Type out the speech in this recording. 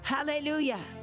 Hallelujah